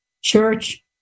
church